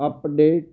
update